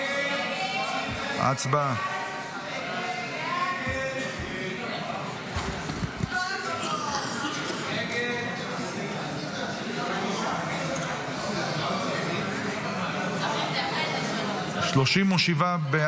5. הצבעה.